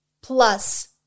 plus